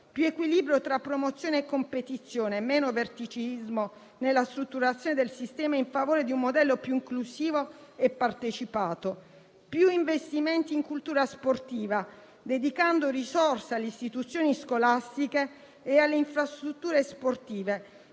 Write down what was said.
più equilibrio tra promozione e competizione, meno verticismo nella strutturazione del sistema in favore di un modello più inclusivo e partecipato, più investimenti in cultura sportiva dedicando risorse alle istituzioni scolastiche e alle infrastrutture sportive,